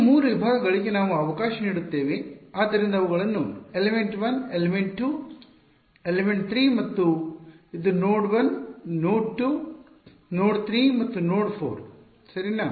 ಈ 3 ವಿಭಾಗಗಳಿಗೆ ನಾವು ಅವಕಾಶ ನೀಡುತ್ತೇವೆ ಆದ್ದರಿಂದ ಅವುಗಳನ್ನು ಎಲಿಮೆಂಟ್ 1 ಎಲಿಮೆಂಟ್ 2 ಎಲಿಮೆಂಟ್ 3 ಮತ್ತು ಇದು ನೋಡ್ 1 ನೋಡ್ 2 ನೋಡ್ 3 ಮತ್ತು ನೋಡ್ 4 ಸರಿನಾ